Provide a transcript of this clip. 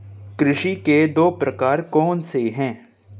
कृषि के दो प्रकार कौन से हैं?